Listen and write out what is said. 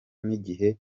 n’igihe